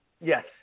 Yes